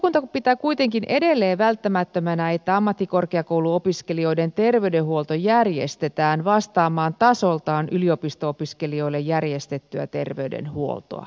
valiokunta pitää kuitenkin edelleen välttämättömänä että ammattikorkeakouluopiskelijoiden terveydenhuolto järjestetään vastaamaan tasoltaan yliopisto opiskelijoille järjestettyä terveydenhuoltoa